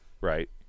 Right